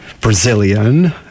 Brazilian